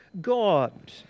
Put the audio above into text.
God